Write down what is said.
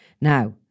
now